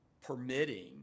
permitting